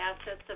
assets